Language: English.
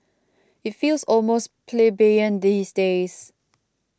it feels almost plebeian these days